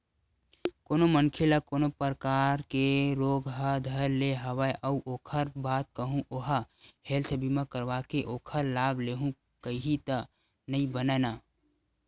कोनो मनखे ल कोनो परकार के रोग ह धर ले हवय अउ ओखर बाद कहूँ ओहा हेल्थ बीमा करवाके ओखर लाभ लेहूँ कइही त नइ बनय न